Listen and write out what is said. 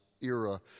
era